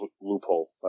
loophole